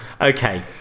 okay